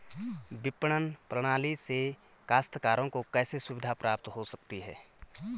विपणन प्रणाली से काश्तकारों को कैसे सुविधा प्राप्त हो सकती है?